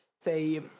say—